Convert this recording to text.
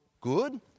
good